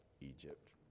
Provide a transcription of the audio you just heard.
Egypt